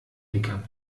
dicker